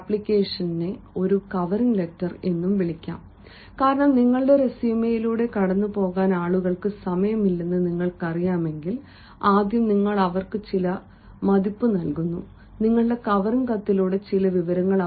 ഈ ആപ്ലിക്കേഷനെ ഒരു കവറിംഗ് ലെറ്റർ എന്നും വിളിക്കാം കാരണം നിങ്ങളുടെ റെസ്യൂമെയിലൂടെ കടന്നുപോകാൻ ആളുകൾക്ക് സമയമില്ലെന്ന് നിങ്ങൾക്കറിയാമെങ്കിൽ ആദ്യം നിങ്ങൾ അവർക്ക് ചില മതിപ്പ് നൽകുന്നു നിങ്ങളുടെ കവറിംഗ് കത്തിലൂടെ ചില വിവരങ്ങൾ